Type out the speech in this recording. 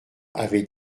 avaient